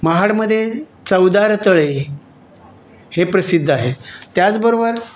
महाडमध्ये चवदार तळे हे प्रसिद्ध आहे त्याचबरोबर